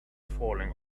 falling